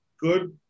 good